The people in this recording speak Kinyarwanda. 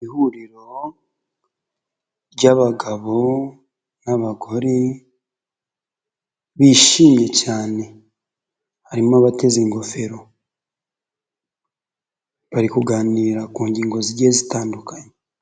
Ihuriro ry'abagabo n'abagore bishimye cyane harimo abateze ingofero, bari kuganira ku ngingo zigiye zitandukanye.